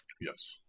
Yes